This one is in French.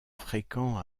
fréquents